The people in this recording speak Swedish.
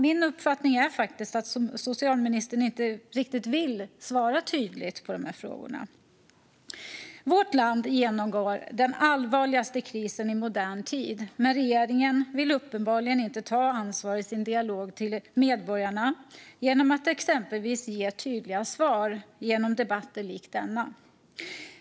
Min uppfattning är att socialministern inte riktigt vill svara tydligt på frågorna. Vårt land genomgår den allvarligaste krisen i modern tid. Men regeringen vill uppenbarligen inte ta ansvar i sin dialog med medborgarna genom att exempelvis ge tydliga svar i debatter likt denna.